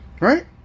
Right